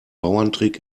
bauerntrick